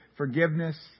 Forgiveness